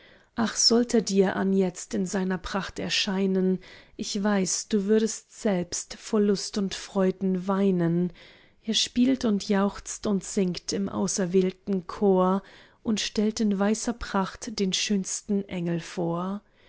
ach sollt er dir anjetzt in seiner pracht erscheinen ich weiß du würdest selbst vor lust und freuden weinen er spielt und jauchzt und singt im auserwählten chor und stellt in weißer pracht den schönsten engel vor